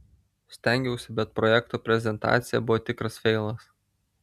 stengiausi bet projekto prezentacija buvo tikras feilas